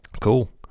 Cool